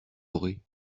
aurez